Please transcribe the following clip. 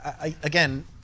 again